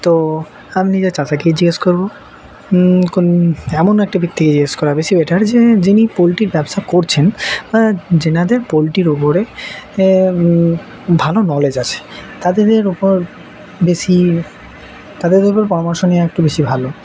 তো আমি নিজের চাচাকেই জিজ্ঞেস করব কোন এমন একটা ব্যক্তিকে জিজ্ঞেস করা বেশি বেটার যে যিনি পোলট্রির ব্যবসা করছেন যাদের পোলট্রির ওপরে ভালো নলেজ আছে তাদের ওপর বেশি তাদের উপর পরামর্শ নেওয়া একটু বেশি ভালো